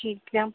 ठीक है